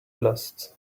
lost